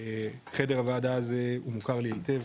חדר הוועדה הזה הוא מוכר לי היטב,